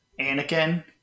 Anakin